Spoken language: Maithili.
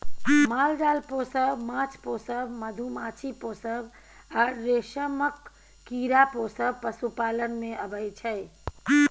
माल जाल पोसब, माछ पोसब, मधुमाछी पोसब आ रेशमक कीरा पोसब पशुपालन मे अबै छै